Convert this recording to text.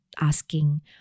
asking